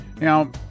Now